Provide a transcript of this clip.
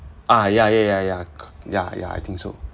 ah ya ya ya ya co ya ya I think so